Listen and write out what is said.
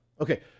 Okay